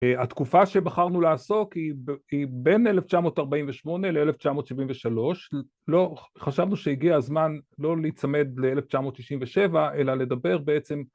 התקופה שבחרנו לעסוק היא בין 1948 ל-1973. לא... חשבנו שהגיע הזמן לא להיצמד ל-1967, אלא לדבר בעצם